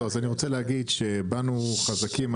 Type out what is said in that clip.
אז אני רוצה להגיד שבאנו חזקים עם